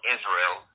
Israel